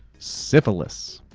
syphilis.